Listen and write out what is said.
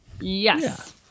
Yes